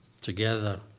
together